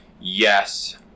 Yes